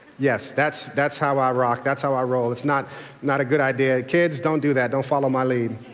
yes, that's that's how i rock, that's how i roll, it's not not a good idea. kids, don't do that, don't follow my lead.